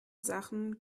sachen